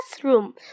classroom